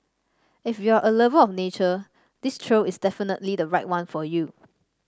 if you're a lover of nature this trail is definitely the right one for you